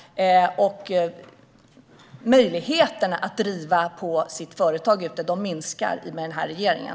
Möjligheten att driva företag minskar med den här regeringen.